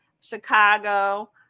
Chicago